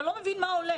אתה לא מבין מה הולך.